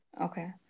Okay